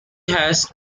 has